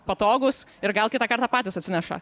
patogūs ir gal kitą kartą patys atsineša